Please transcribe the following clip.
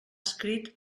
adscrit